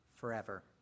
forever